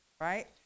right